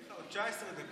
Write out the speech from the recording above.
יש לך עוד 19 דקות.